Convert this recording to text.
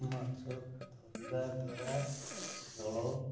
ମାଛ ଧରିବା ଦ୍ୱାରା ଜଳ